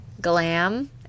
glam